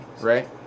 right